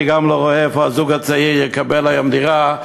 אני גם לא רואה איפה הזוג הצעיר יקבל היום דירה,